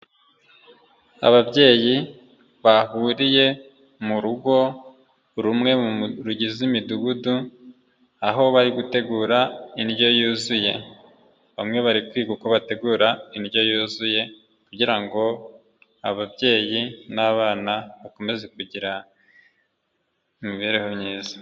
Ababyeyi bahuriye mu rugo rumwe rugize imidugudu, aho bari gutegura indyo yuzuye, bamwe bari kwiga uko bategura indyo yuzuye kugira ngo ababyeyi n'abana bakomeze kugira imibereho myiza.